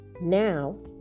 Now